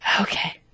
Okay